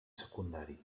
secundari